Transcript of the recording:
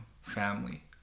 family